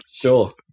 Sure